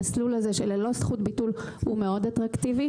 המסלול הזה ללא זכות ביטול הוא מאוד אטרקטיבי.